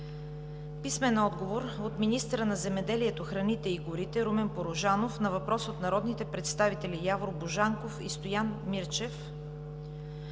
Ерменков; - министъра на земеделието, храните и горите Румен Порожанов на въпрос от народните представители Явор Божанков и Стоян Мирчев;